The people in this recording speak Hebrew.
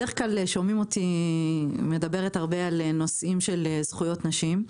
בדרך כלל שומעים אותי מדברת רבות על נושאים של זכויות נשים.